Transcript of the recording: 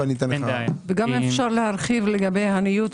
גם אם אפשר להרחיב לגבי הניוד,